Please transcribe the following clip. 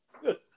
Good